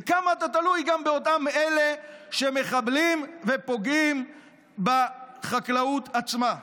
וכמה אתה תלוי גם באותם אלה שמחבלים ופוגעים בחקלאות עצמה.